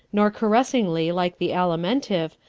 nor caressingly like the alimentive,